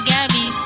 Gabby